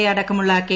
A അടക്കമുള്ള K